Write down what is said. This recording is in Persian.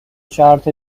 چارت